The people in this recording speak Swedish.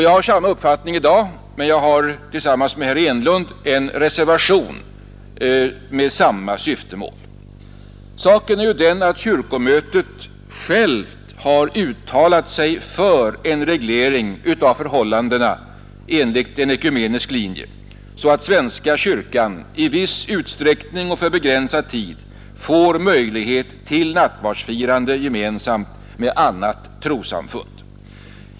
Jag har samma uppfattning i dag, och jag har nu tillsammans med herr Enlund en reservation med samma syftemål. Saken är ju den att kyrkomötet självt uttalat sig för en reglering av förhållandena enligt en ekumenisk linje, så att svenska kyrkan i viss utsträckning och för begränsad tid får möjlighet till nattvardsfirande gemensamt med andra trossamfund.